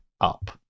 up